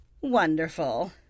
Wonderful